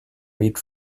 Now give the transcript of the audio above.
read